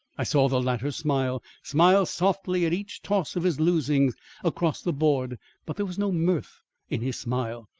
i saw the latter smile smile softly at each toss of his losings across the board but there was no mirth in his smile,